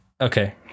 okay